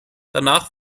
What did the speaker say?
danach